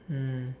mm